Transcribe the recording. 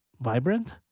vibrant